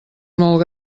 molt